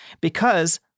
because-